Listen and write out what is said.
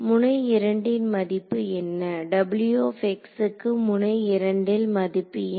முனை 2 ன் மதிப்பு என்ன க்கு முனை 2 ல் மதிப்பு என்ன